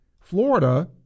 Florida